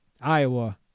Iowa